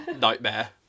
Nightmare